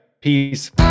Peace